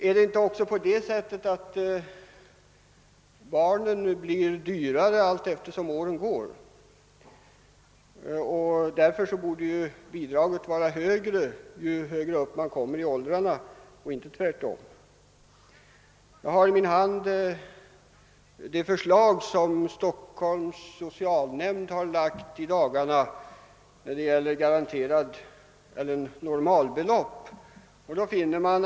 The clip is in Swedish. Är det inte också så, att barnen blir dyrare allteftersom de blir äldre? Då borde väl bidraget vara högre ju äldre barnen blir och inte tvärtom. Jag har i min hand det förslag som Stockholms socialnämnd i dagarna har lagt fram beträffande socialhjälpens grundbelopp.